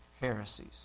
heresies